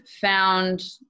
found